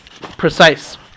precise